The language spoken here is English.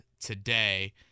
today